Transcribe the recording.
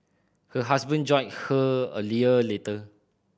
her husband joined her a year later